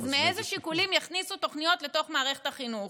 אז מאיזה שיקולים יכניסו תוכניות לתוך מערכת החינוך,